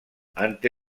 ante